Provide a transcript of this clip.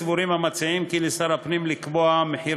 סבורים המציעים כי על שר הפנים לקבוע מחיר